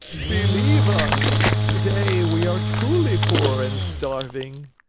believe us! today we are truly poor and starving.